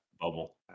bubble